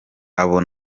abo